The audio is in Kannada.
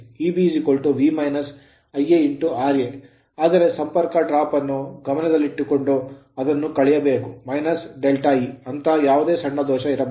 Eb V Ia ra ಆದರೆ ಸಂಪರ್ಕ drop ಡ್ರಾಪ್ ಅನ್ನು ಗಮನದಲ್ಲಿಟ್ಟುಕೊಂಡು ಅದನ್ನು ಕಳೆಯಬೇಕು ∆e ಅಂತಹ ಯಾವುದೇ ಸಣ್ಣ ದೋಷ ಇರಬಾರದು